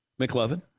McLovin